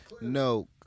No